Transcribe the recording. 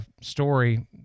story